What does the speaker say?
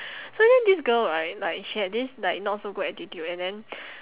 so then this girl right like she had this like not so good attitude and then